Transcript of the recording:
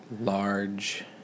large